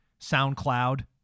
SoundCloud